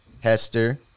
Hester